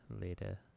later